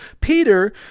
Peter